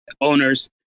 owners